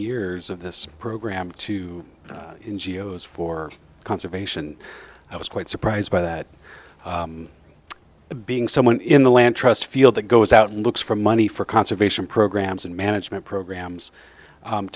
years of this program to n g o s for conservation and i was quite surprised by that being someone in the land trust field that goes out and looks for money for conservation programs and management programs